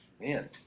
Man